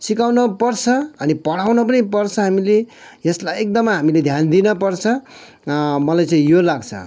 सिकाउन पर्छ अनि पढाउन पनि पर्छ हामीले यसलाई एकदमै हामीले ध्यान दिन पर्छ अँ मलाई चाहिँ यो लाग्छ